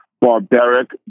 barbaric